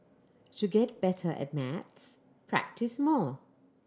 to get better at maths practise more